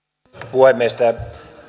puhemies tämä